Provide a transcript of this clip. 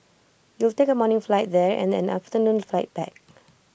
you'll take A morning flight there and an afternoon flight back